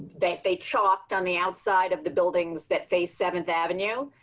that they chopped on the outside of the buildings that face seventh avenue.